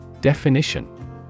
Definition